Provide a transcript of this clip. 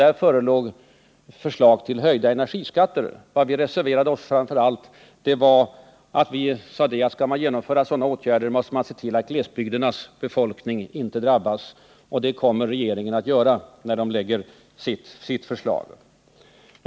Där förelåg förslag till höjda energiskatter. På en punkt reserverade vi oss; vi sade att om man skall genomföra sådana åtgärder måste man se till att glesbygdernas befolkning inte drabbas. Och det kommer regeringen att göra när den lägger fram sitt förslag.